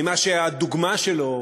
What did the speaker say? ממה שהדוגמה שלו,